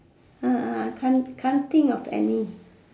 can't can't think of any